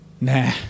Nah